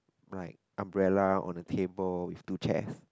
bright umbrella on the table and two chairs